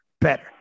better